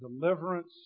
deliverance